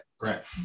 Correct